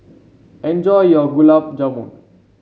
enjoy your Gulab Jamun